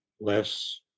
less